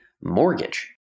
mortgage